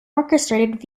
orchestrated